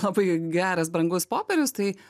labai geras brangus popierius tai